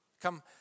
come